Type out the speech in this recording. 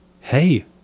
Hey